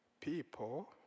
People